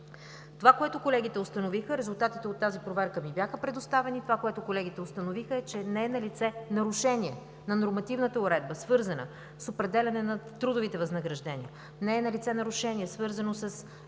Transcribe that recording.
съобразно нормативната уредба. Резултатите от тази проверка ми бяха предоставени. Това, което колегите установиха, е, че не е налице нарушение на нормативната уредба, свързана с определяне на трудовите възнаграждения, не е налице нарушение, свързано с